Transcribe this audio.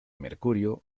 mercurio